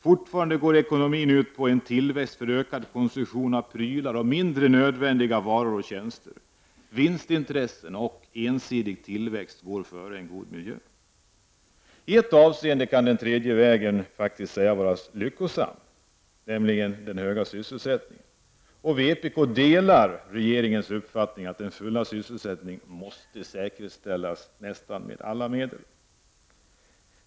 Fortfarande går ekonomin ut på tillväxt för ökad konsumtion av prylar och mindre nödvändiga varor och tjänster. Vinstintressen och ensidig tillväxt går före en god miljö. I ett avseende kan den tredje vägen faktiskt sägas vara lyckosam, nämligen i fråga om den höga sysselsättningen. Vpk delar regeringens uppfattning att den fulla sysselsättningen måste säkerställas — nästan med alla medel.